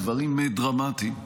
בדברים דרמטיים.